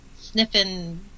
sniffing